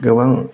गोबां